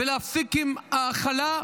ולהפסיק עם ההכלה,